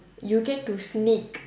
you get to sneak